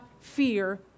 fear